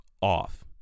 off